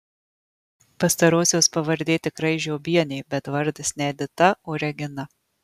pastarosios pavardė tikrai žiobienė bet vardas ne edita o regina